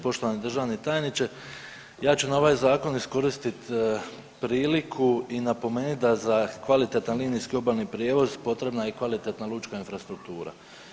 Poštovani državni tajniče, ja ću na ovaj zakon iskoristit priliku i napomenut da je za kvalitetan linijski obalni prijevoz potrebna je i kvalitetna lučka infrastruktura.